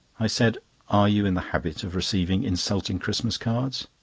i said are you in the habit of receiving insulting christmas cards?